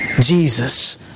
Jesus